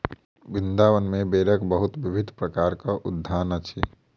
वृन्दावन में बेरक बहुत विभिन्न प्रकारक उद्यान अछि